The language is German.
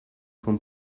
von